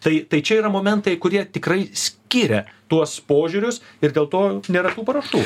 tai tai čia yra momentai kurie tikrai skiria tuos požiūrius ir dėl to nėra parašų